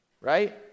right